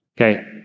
Okay